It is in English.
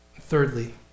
Thirdly